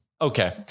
Okay